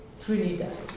Trinidad